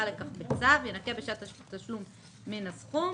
קבע לכך בצו ינכה את התשלום מן הסכום".